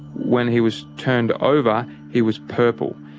when he was turned over, he was purple.